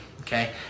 okay